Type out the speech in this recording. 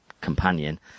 companion